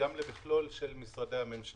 וגם במכלול של משרדי הממשלה.